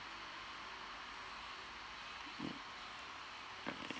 mm okay